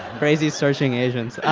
crazy searching asians.